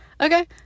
okay